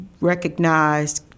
recognized